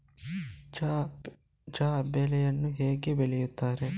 ಚಹಾ ಬೆಳೆಯನ್ನು ಹೇಗೆ ಬೆಳೆಯುತ್ತಾರೆ?